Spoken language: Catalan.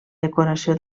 decoració